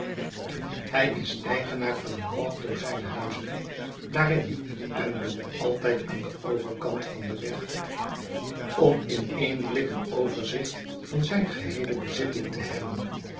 n ii van een half dozijn huizen daarin enloopt altijd aan den overkant van den weg om ineenblik een overzicht van zijn geheele bezitting te hebben